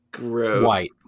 White